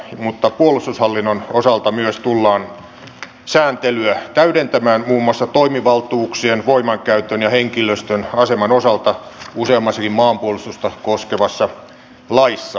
mutta puolustushallinnon osalta myös tullaan sääntelyä täydentämään muun muassa toimivaltuuksien voimankäytön ja henkilöstön aseman osalta useammassakin maanpuolustusta koskevassa laissa